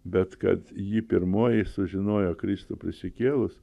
bet kad ji pirmoji sužinojo kristui prisikėlus